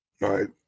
right